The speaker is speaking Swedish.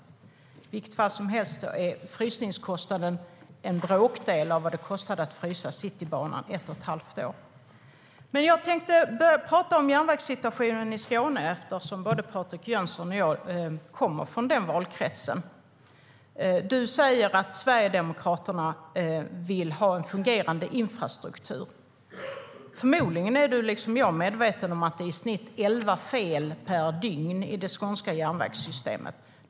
I vilket fall som helst är frysningskostnaden i detta fall en bråkdel av vad det kostade att frysa Citybanan ett och ett halvt år. Jag tänkte prata om järnvägssituationen i Skåne, Patrik Jönsson, eftersom både du och jag kommer därifrån. Du säger att Sverigedemokraterna vill ha en fungerande infrastruktur. Förmodligen är du liksom jag medveten om att det i snitt är elva fel per dygn i det skånska järnvägssystemet.